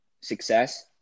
success